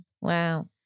Wow